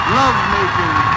love-making